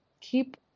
keep